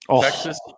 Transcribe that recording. Texas